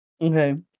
Okay